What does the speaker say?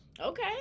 Okay